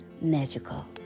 magical